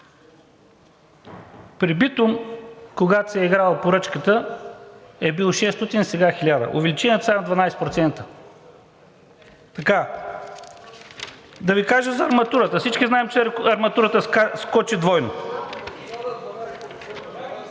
При битум, когато се е играла поръчката, е бил 600, сега е 1000 – увеличението е 12%. Да Ви кажа за арматурата. Всички знаем, че арматурата скочи двойно…